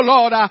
Lord